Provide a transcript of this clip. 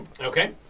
Okay